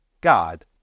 God